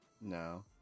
No